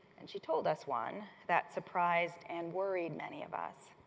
and she told us one that surprised and worried many of us.